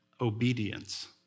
obedience